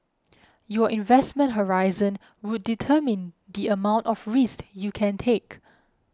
your investment horizon would determine the amount of risks you can take